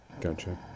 Gotcha